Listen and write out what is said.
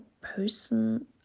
person